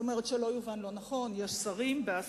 שלא יובן לא נכון, יש שרים, בעשרות,